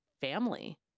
family